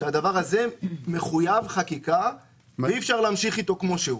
שהדבר הזה מחויב חקיקה ואי אפשר להמשיך איתו כמו שהוא.